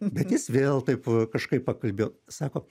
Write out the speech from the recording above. bet jis vėl taip kažkaip pakalbėjo sako